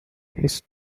his